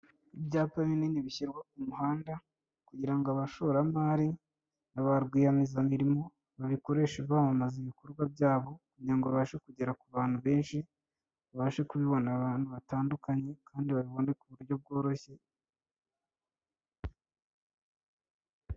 Ibyapa binini bishyirwa ku muhanda kugira ngo abashoramari na ba rwiyemezamirimo babikoreshe bamamaza ibikorwa byabo kugira ngo babashe kugera ku bantu benshi, babashe kubibona ahantu hatandukanye kandi babibone ku buryo bworoshye...